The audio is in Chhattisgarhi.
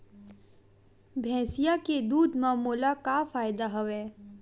भैंसिया के दूध म मोला का फ़ायदा हवय?